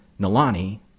Nalani